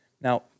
Now